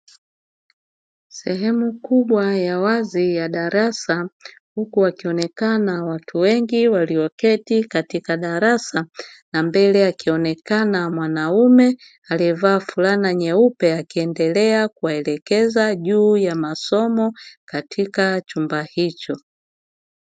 Sehemu kubwa ya wazi ya darasa huku wakionekana watu wengi walioketi katika darasa, na mbele akionekana mwanaume aliyevaa fulana nyeupe akiendelea kuwaelekeza juu ya masomo katika chumba hicho.